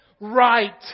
Right